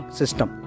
system